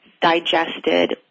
digested